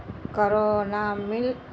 corona milk